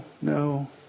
no